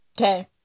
Okay